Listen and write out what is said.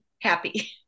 happy